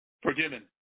Forgiven